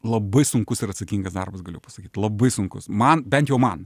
labai sunkus ir atsakingas darbas galiu pasakyt labai sunkus man bent jau man